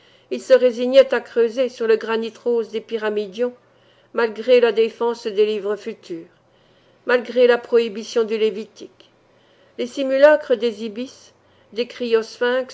ils se résignaient à creuser sur le granit rose des pyramidions malgré la défense des livres futurs malgré la prohibition du lévitique les simulacres des ibis des